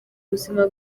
buzima